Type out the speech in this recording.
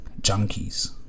junkies